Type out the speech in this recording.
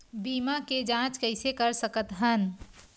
बीमा के जांच कइसे कर सकत हन?